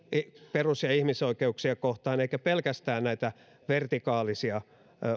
perus ja ihmisoikeuksia kohtaan eikä pelkästään näitä vertikaalisia